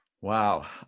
Wow